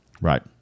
Right